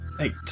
Eight